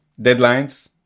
deadlines